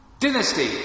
Dynasty